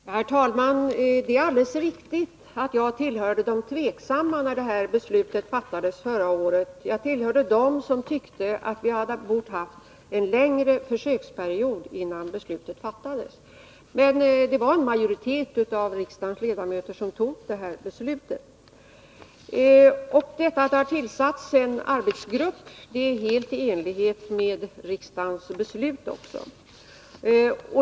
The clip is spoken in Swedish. Herr talman! Det är alldeles riktigt att jag tillhörde de tveksamma när beslutet om lördagsstängning fattades förra året. Jag var en av dem som tyckte att vi borde ha haft en längre försöksperiod, men det var en majoritet av riksdagens ledamöter som fattade detta beslut. Att det har tillsatts en arbetsgrupp är helt i enlighet med riksdagens beslut.